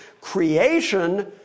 creation